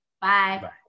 bye